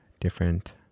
different